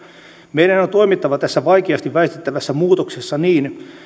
meidän on toimittava tässä vaikeasti väistettävässä muutoksessa niin